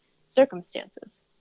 circumstances